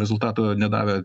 rezultato nedavė